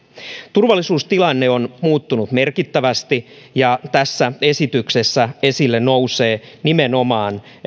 turvallisuustilanne on muuttunut merkittävästi ja tässä esityksessä esille nousevat nimenomaan